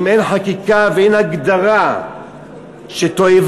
אם אין חקיקה ואין הגדרה שתועבה,